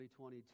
2022